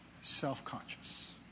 self-conscious